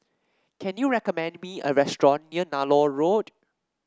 can you recommend me a restaurant near Nallur Road